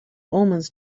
omens